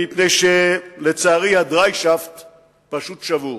מפני שלצערי הדריישאפט פשוט שבור.